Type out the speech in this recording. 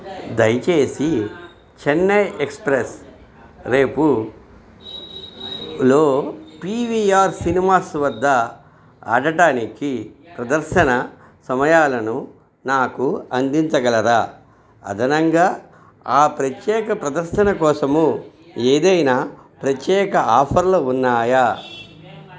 దయచేసి చెన్నై ఎక్స్ప్రెస్ రేపు లో పి వి ఆర్ సినిమాస్ వద్ద ఆడటానికి ప్రదర్శన సమయాలను నాకు అందించగలరా అదనంగా ఆ ప్రత్యేక ప్రదర్శన కోసము ఏదైనా ప్రత్యేక ఆఫర్లు ఉన్నాయా